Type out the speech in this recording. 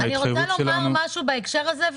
אני רוצה לומר משהו בהקשר הזה,